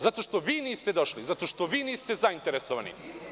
Zato što vi niste došli, zato što vi niste zainteresovani.